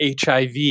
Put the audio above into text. HIV